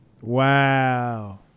Wow